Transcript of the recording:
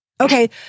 okay